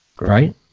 Right